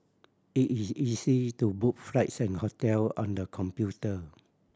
it is easy to book flights and hotel on the computer